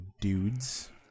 dudes